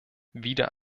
wieder